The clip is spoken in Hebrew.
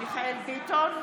אינו נוכח מיכאל מרדכי ביטון,